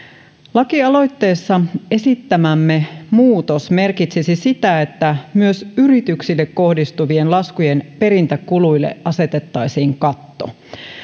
lakialoitteessa esittämämme muutos merkitsisi sitä että myös yrityksille kohdistuvien laskujen perintäkuluille asetettaisiin katto